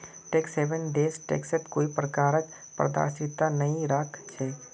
tax haven देश टैक्सत कोई प्रकारक पारदर्शिता नइ राख छेक